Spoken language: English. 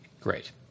Great